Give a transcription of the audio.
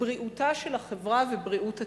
לבריאותה של החברה ולבריאות הציבור.